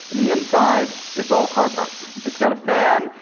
in the inside, it's all car parts. it's got a fan,